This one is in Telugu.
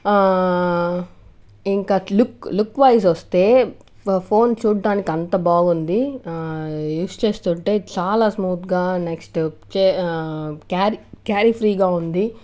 ఇంకా లుక్ లుక్ వైజ్ వస్తే ఫోన్ చూడడానికి అంత బాగుంది యూజ్ చేస్తుంటే చాలా స్మూత్గా నెక్స్ట్ క్యారీ క్యారీ ఫ్రీగా ఉంది